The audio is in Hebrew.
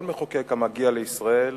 כל מחוקק המגיע לישראל